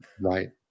Right